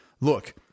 look